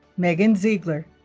meghan ziegler